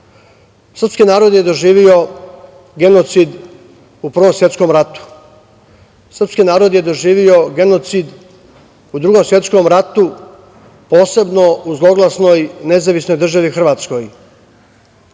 Srpski narod je doživeo genocid u Prvom svetskom ratu. Srpski narod je doživeo genocid u Drugom svetskom ratu, posebno u zloglasnoj NDH. Srpski narod